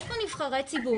יש כאן נבחרי ציבור.